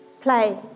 play